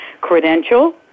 credential